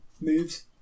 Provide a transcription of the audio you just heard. moves